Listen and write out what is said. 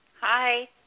Hi